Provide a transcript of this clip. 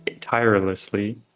tirelessly